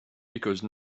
because